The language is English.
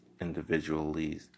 individually